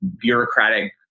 bureaucratic